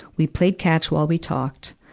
we played catch while we talked.